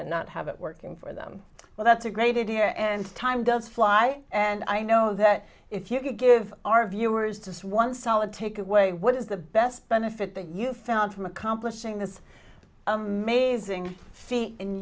and not have it working for them well that's a great idea and time does fly and i know that if you give our viewers to see one solid take away what is the best benefit that you found from accomplishing this amazing feat in